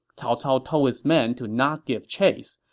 cao cao told his men to not give chase.